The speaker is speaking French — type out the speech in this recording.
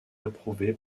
approuvée